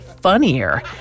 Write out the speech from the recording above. funnier